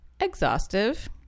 exhaustive